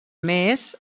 més